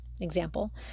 example